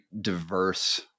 diverse